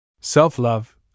Self-love